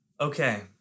Okay